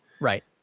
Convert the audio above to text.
Right